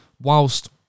whilst